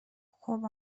خوب